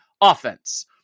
offense